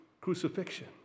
crucifixion